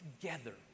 together